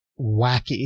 wacky